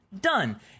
Done